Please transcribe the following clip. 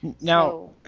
Now